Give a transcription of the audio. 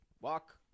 Walk